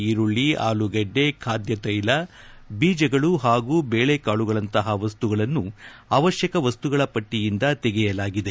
ಈರುಳ್ಳ ಆಲೂಗಡ್ಡೆ ಖಾದ್ಯಕೈಲ ಬೀಜಗಳು ಹಾಗೂ ಬೇಳೆಕಾಳುಗಳಂತಹ ವಸ್ತುಗಳನ್ನು ಅವಶ್ಯಕ ವಸ್ತುಗಳ ಪಟ್ಟಿಯಂದ ತೆಗೆಯಲಾಗಿದೆ